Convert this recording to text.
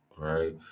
right